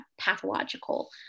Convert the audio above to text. pathological